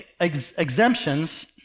exemptions